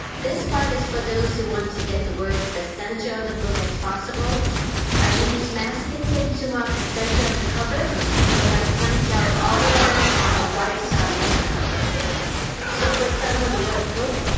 this part is for those who want to get the words as center on the book as possible i use masking tape to mark the center of the cover then i punch out all the letters on the right side of the cover so for example the word book,